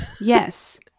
Yes